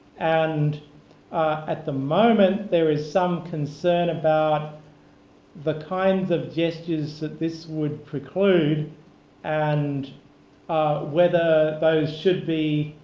and at the moment there is some concern about the kinds of gestures that this would preclude and whether those should be